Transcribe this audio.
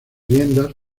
riendas